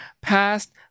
past